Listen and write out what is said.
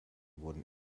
wurden